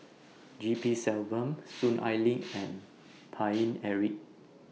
G P Selvam Soon Ai Ling and Paine Eric